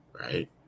right